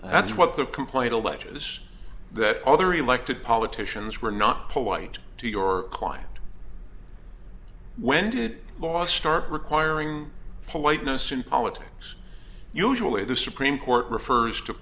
that's what the complaint alleges that other elected politicians were not polite to your client when did it last start requiring politeness in politics usually the supreme court refers to